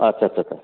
आत्सा आत्सा आत्सा